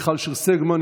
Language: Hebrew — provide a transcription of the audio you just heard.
מיכל שיר סגמן,